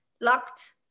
locked